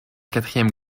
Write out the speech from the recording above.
quatrième